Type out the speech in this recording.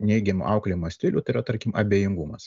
neigiamų auklėjimo stilių tai yra tarkim abejingumas